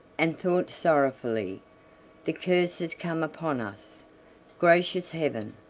and thought sorrowfully the curse has come upon us gracious heaven!